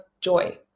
joy